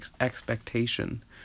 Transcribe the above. expectation